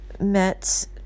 met